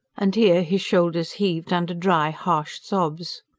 and here his shoulders heaved, under dry, harsh sobs.